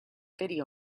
video